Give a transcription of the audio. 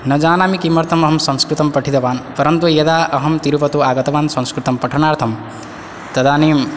न जानामि किमर्तमहं संस्कृतं पठितवान् परन्तु यदा अहं तिरुपतौ आगतवान् संस्कृतं पठनार्थं तदानीं